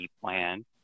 plan